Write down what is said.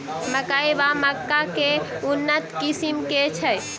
मकई वा मक्का केँ उन्नत किसिम केँ छैय?